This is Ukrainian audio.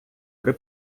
при